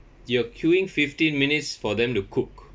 you are queuing fifteen minutes for them to cook